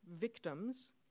victims